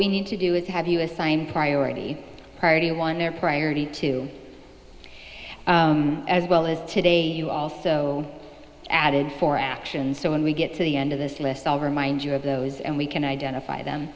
we need to do is have you assign priority party one their priority to as well as today you also added four actions so when we get to the end of this list i'll remind you of those and we can identify them